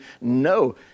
No